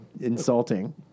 insulting